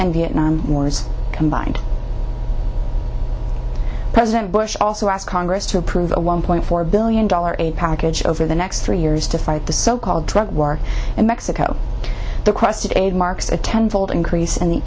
and vietnam wars combined president bush also asked congress to approve a one point four billion dollars aid package over the next three years to fight the so called drug war in mexico the question marks a ten fold increase in the